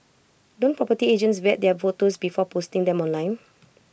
don't property agents vet their photos before posting them online